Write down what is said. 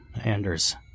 Anders